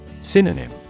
Synonym